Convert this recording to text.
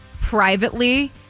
privately